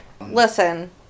listen